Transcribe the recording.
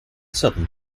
southern